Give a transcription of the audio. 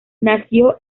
nació